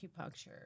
acupuncture